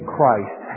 Christ